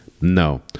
No